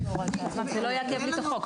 זה לא יעכב את החוק.